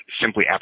simply